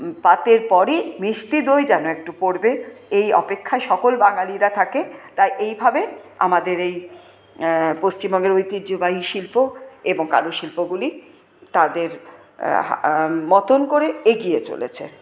পাতের পরেই মিষ্টি দই যেন একটু পড়বে এই অপেক্ষায় সকল বাঙালিরা থাকে তাই এইভাবে আমাদের এই পশ্চিমবঙ্গের ঐতিহ্যবাহী শিল্প এবং কারুশিল্পগুলি তাদের মতন করে এগিয়ে চলেছে